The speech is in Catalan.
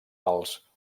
els